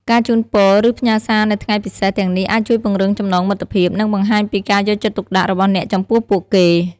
ការជូនពរ ឬផ្ញើសារនៅថ្ងៃពិសេសទាំងនេះអាចជួយពង្រឹងចំណងមិត្តភាព និងបង្ហាញពីការយកចិត្តទុកដាក់របស់អ្នកចំពោះពួកគេ។